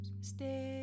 stay